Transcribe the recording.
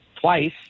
twice